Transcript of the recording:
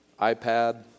iPad